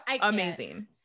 amazing